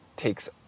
takes